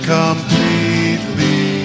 completely